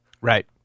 Right